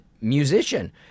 Musician